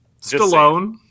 Stallone